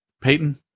Peyton